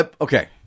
okay